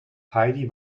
heidi